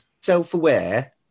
self-aware